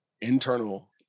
internal